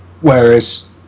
whereas